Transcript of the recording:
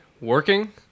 Working